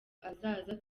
azaza